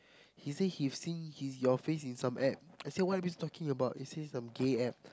he say he've he's seen his your face in some App I say what are you talking about he say some gay App